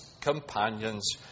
companions